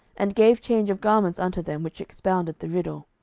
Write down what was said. and gave change of garments unto them which expounded the riddle.